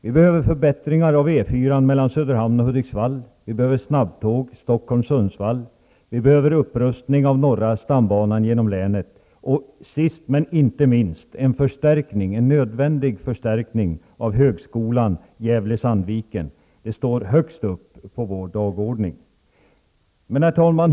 Det behövs förbättringar av E 4 mellan Söderhamn och Hudiksvall, snabbtåg Stockholm--Sundsvall, upprustning av norra stambanan genom länet samt sist men inte minst: en nödvändig förstärkning av högskolan i Gävle-Sandviken, och det står högst upp på vår dagordning. Herr talman!